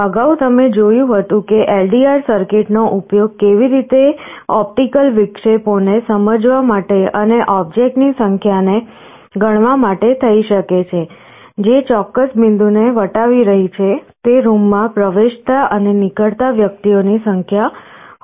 અગાઉ તમે જોયું હતું કે LDR સર્કિટનો ઉપયોગ કેવી રીતે ઓપ્ટિકલ વિક્ષેપોને સમજવા માટે અને ઓબ્જેક્ટ ની સંખ્યાને ગણવા માટે થઈ શકે છે જે ચોક્કસ બિંદુને વટાવી રહી છે તે રૂમમાં પ્રવેશતા અને નીકળતા વ્યક્તિઓની સંખ્યા હોઈ શકે છે